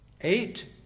eight